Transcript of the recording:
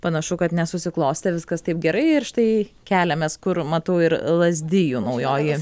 panašu kad nesusiklostė viskas taip gerai ir štai keliamės kur matau ir lazdijų naujoji